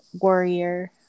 warrior